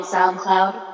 SoundCloud